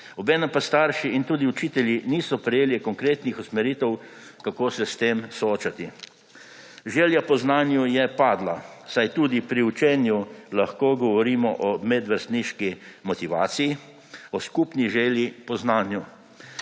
Obenem pa starši in tudi učitelji niso prejeli konkretnih usmeritev, kako se s tem soočati. Želja po znanju je padla, saj tudi pri učenju lahko govorimo o medvrstniški motivaciji, o skupni želji po znanju.